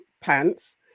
pants